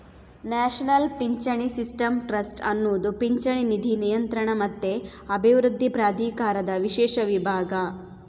national ಪಿಂಚಣಿ system trust ಅನ್ನುದು ಪಿಂಚಣಿ ನಿಧಿ ನಿಯಂತ್ರಣ ಮತ್ತೆ ಅಭಿವೃದ್ಧಿ ಪ್ರಾಧಿಕಾರದ ವಿಶೇಷ ವಿಭಾಗ